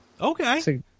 Okay